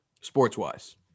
Sports-wise